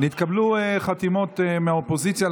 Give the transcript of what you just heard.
נתקבלו חתימות מהאופוזיציה,